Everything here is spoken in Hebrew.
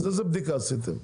אז איזה בדיקה עשיתם?